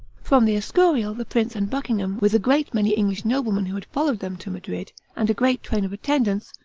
from the escurial the prince and buckingham, with a great many english noblemen who had followed them to madrid, and a great train of attendants,